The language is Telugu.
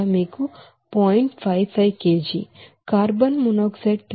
55 కిలోలు కార్బన్ మోనాక్సైడ్ 3